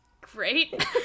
Great